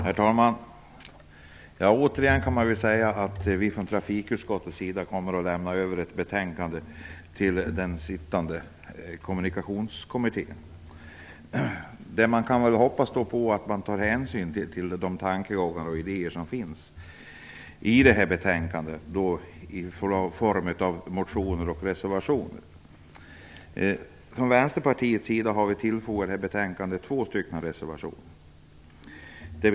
Herr talman! Trafikutskottet kommer återigen att lämna över ett betänkande till Kommunikationskommittén, som vi hoppas tar hänsyn till de tankegångar och idéer i form av motioner och reservationer som finns i betänkandet. Från Vänsterpartiets sida har vi tillfogat betänkandet två reservationer.